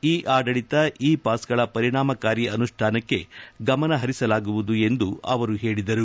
E ಆಡಳಿತ e pass ಗಳ ಪರಿಣಾಮಕಾರಿ ಅನುಷ್ಠಾನಕ್ಕೆ ಗಮನ ಹರಿಸಲಾಗುವುದು ಎಂದು ಅವರು ಹೇಳಿದ್ದಾರೆ